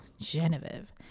genevieve